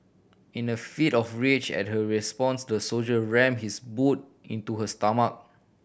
in a fit of rage at her response the soldier rammed his boot into her stomach